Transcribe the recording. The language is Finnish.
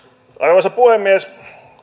arvoisa puhemies